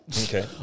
Okay